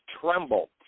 tremble